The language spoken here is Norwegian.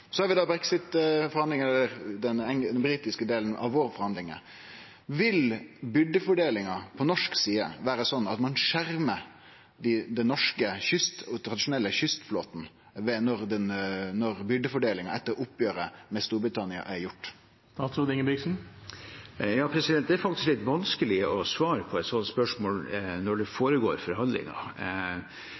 Så har vi da brexit-forhandlingar, eller den britiske delen av våre forhandlingar. Vil byrdefordelinga på norsk side vere sånn at ein skjermar den tradisjonelle norske kystflåten, når byrdefordelinga etter oppgjeret med Storbritannia er gjort? Det er faktisk litt vanskelig å svare på et sånt spørsmål når det foregår